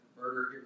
murder